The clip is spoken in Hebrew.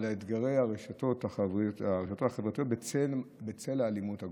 על אתגרי הרשתות החברתיות בצל האלימות הגוברת.